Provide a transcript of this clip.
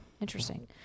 Interesting